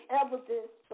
evidence